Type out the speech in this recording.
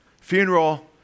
funeral